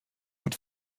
but